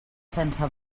sense